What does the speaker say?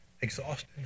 exhausted